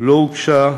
לא הוגשו